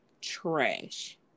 Trash